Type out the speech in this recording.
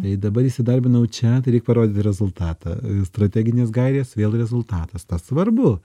tai dabar įsidarbinau čia tai reik parodyti rezultatą strateginės gairės vėl rezultatas tas svarbu